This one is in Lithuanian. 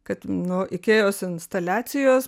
kad nu ikėjos instaliacijos